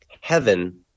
heaven